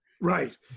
Right